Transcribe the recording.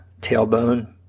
tailbone